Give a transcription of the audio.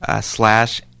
slash